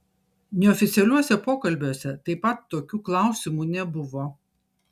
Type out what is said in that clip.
neoficialiuose pokalbiuose taip pat tokių klausimų nebuvo